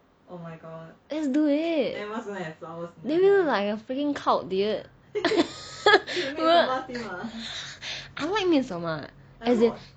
let's do it then we will look like a freaking cult dude I like midsommar as in